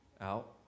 out